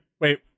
Wait